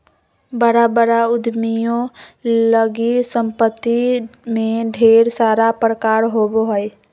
बड़ा बड़ा उद्यमियों लगी सम्पत्ति में ढेर सारा प्रकार होबो हइ